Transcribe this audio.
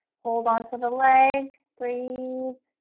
hold on to the leg breathe